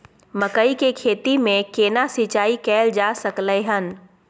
मकई की खेती में केना सिंचाई कैल जा सकलय हन?